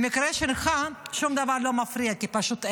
במקרה שלך שום דבר לא מפריע, כי פשוט אין,